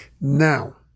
Now